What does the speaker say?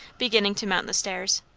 beginning to mount the stairs.